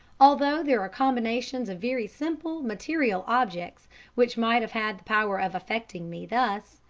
although there are combinations of very simple material objects which might have had the power of affecting me thus,